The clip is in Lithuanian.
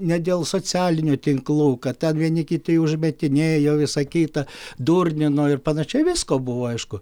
ne dėl socialinių tinklų kad ten vieni kiti užmetinėjo visa kita durnino ir panašiai visko buvo aišku